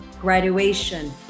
graduation